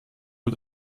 mit